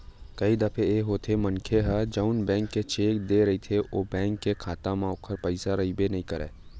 कई दफे ए होथे मनखे ह जउन बेंक के चेक देय रहिथे ओ बेंक के खाता म ओखर पइसा रहिबे नइ करय